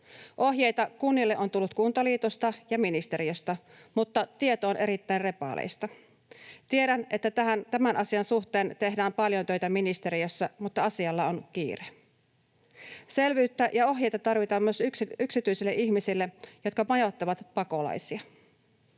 Ohjeita kunnille on tullut Kuntaliitosta ja ministeriöstä, mutta tieto on erittäin repaleista. Tiedän, että tämän asian suhteen tehdään paljon töitä ministeriössä, mutta asialla on kiire. Selvyyttä ja ohjeita tarvitaan myös yksityisille ihmisille, jotka majoittavat pakolaisia.